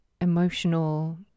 emotional